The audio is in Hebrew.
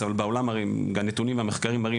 אבל בעולם הרי הנתונים המחקריים מראים